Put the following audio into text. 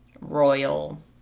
royal